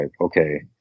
okay